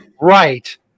Right